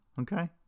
Okay